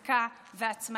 חזקה ועצמאית.